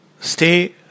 stay